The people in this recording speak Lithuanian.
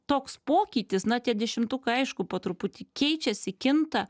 toks pokytis na tie dešimtukai aišku po truputį keičiasi kinta